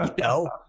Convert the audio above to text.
No